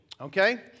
Okay